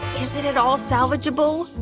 is it at all salvageable?